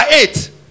eight